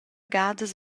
gadas